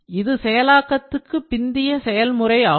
இது செயலாக்கத்திற்கு பிந்தைய செயல்முறை ஆகும்